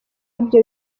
ibyo